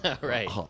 Right